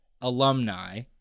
alumni